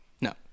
No